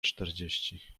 czterdzieści